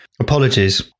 apologies